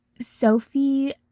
Sophie